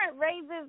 raises